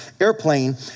airplane